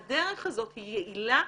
הדרך הזאת היא יעילה,